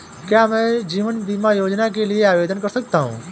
क्या मैं जीवन बीमा योजना के लिए आवेदन कर सकता हूँ?